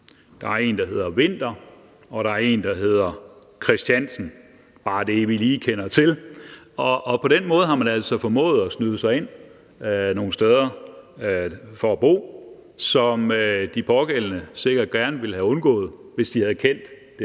der er en, der hedder Winther; og der er en, der hedder Christiansen. Det er bare lige det, vi kender til. På den måde har man altså formået at snyde sig ind nogle steder for at bo, hvad de pågældende udlejere sikkert gerne ville have undgået, hvis de havde kendt det